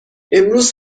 امروز